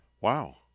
Wow